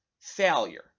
failure